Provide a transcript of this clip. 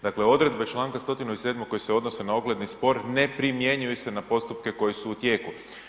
Dakle odredbe članka 107. koje se odnose na ogledni spor ne primjenjuju se na postupke koji su u tijeku.